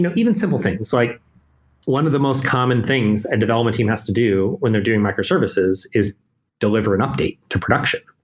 even simple things. like one of the most common things a development team has to do when they're doing microservices is delivery an update to production.